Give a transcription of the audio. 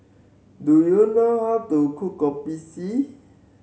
do you know how to cook Kopi C